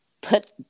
put